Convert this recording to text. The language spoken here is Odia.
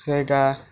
ସେଇଟା